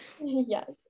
Yes